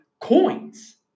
coins